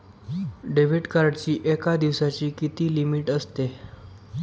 Debit कार्डची एका दिवसाची किती लिमिट असते?